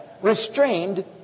restrained